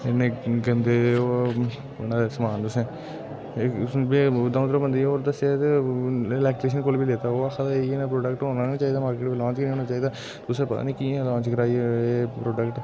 इन्ने गंदे ओह् बनाए दा समान तुसें द'ऊं त्र'ऊं बंदे होर दस्सेआ ते इलैक्ट्रेशन कोल बी लेता ओह् आक्खा दा एह् नेहा प्रोड़ैक्ट होना नी चाहिदा मार्केट बिच्च लांच गै नी होना चाहिदा तुसें पता नी कि'यां लांच कराइयै एह् प्रोडैक्ट